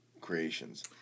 Creations